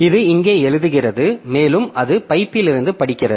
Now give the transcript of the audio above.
இது இங்கே எழுதுகிறது மேலும் அது பைப்பிலிருந்து படிக்கிறது